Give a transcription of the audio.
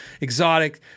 exotic